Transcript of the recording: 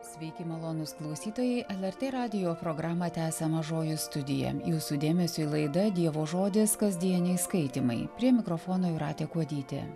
sveiki malonūs klausytojai lrt radijo programą tęsia mažoji studija jūsų dėmesiui laida dievo žodis kasdieniai skaitymai prie mikrofono jūratė kuodytė